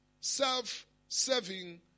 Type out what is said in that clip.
self-serving